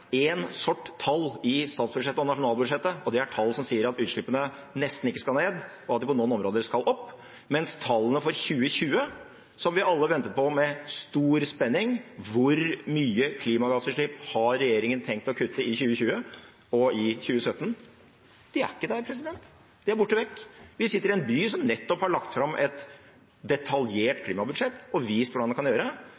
er tall som sier at utslippene nesten ikke skal ned, og at de på noen områder skal opp, mens tallene for 2020, som vi alle ventet på med stor spenning – hvor mye klimagassutslipp regjeringen har tenkt å kutte i 2020 og i 2017 – ikke er der. De er borte vekk. Vi sitter i en by som nettopp har lagt fram et detaljert